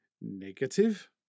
negative